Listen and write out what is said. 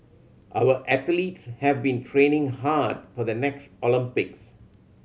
our athletes have been training hard for the next Olympics